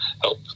help